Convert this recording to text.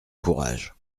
courage